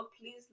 please